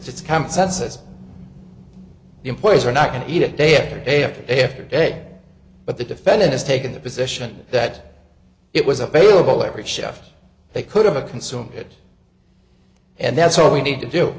just comes out says the employees are not going to eat it day after day after day after day but the defendant has taken the position that it was available every chef they could have to consume it and that's all we need to do